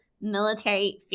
military